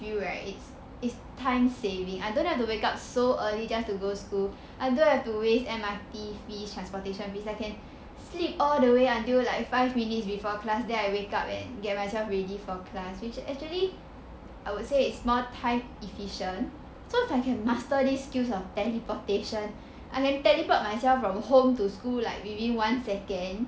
feel right is time saving I don't have to wake up so early just to go school I don't have to waste M_R_T fees transportation fees I can sleep all the way until like five minutes before class then I wake up and get myself ready for class which actually I would say it's more time efficient so can if I master this skill of teleportation I can teleport myself from home to school like maybe one second